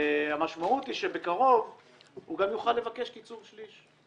המשמעות היא שבקרוב הוא גם יוכל לבקש קיצור שליש.